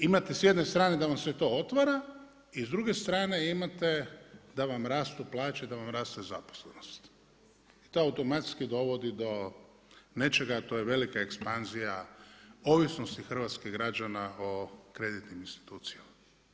Imate s jedne strane da vam se to otvara i s druge strane imate da vam rastu plaće, da vam raste zaposlenost i to automatski dovodi do nečega, a to je velika ekspanzija ovisnosti hrvatskih građana o kreditnim institucijama.